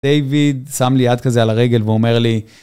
דיוויד שם לי יד כזה על הרגל ואומר לי,